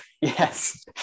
Yes